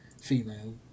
female